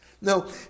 No